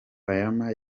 bayama